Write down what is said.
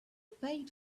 paid